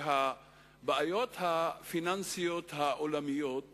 שהבעיות הפיננסיות העולמיות